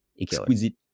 exquisite